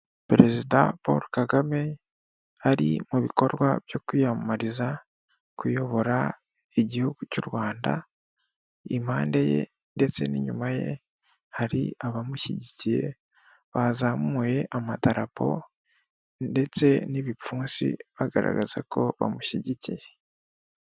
Perezida Polo Kagame ari mu bikorwa byo kwiyamamariza kuyobora igihugu cy'u Rwanda, impande ye ndetse inyuma ye hari abamushyigikiye, bazamuye amadarapo ndetse n'ibipfunsi bagaragaza ko bamushyigikiye.